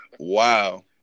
wow